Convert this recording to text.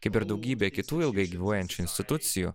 kaip ir daugybė kitų ilgai gyvuojančių institucijų